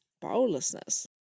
powerlessness